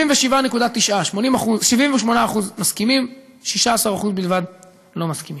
77.9%, 78% מסכימים, 16% בלבד לא מסכימים.